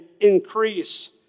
increase